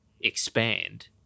expand